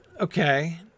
okay